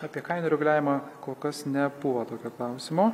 apie kainų reguliavimą kol kas nebuvo tokio klausimo